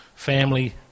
family